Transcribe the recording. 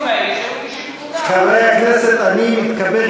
חבר הכנסת גפני,